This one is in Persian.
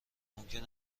ممکن